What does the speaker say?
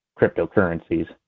cryptocurrencies